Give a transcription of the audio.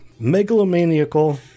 megalomaniacal